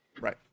right